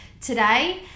today